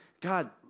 God